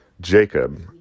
Jacob